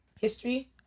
history